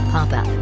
Papa